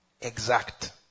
Exact